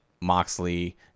moxley